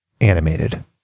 animated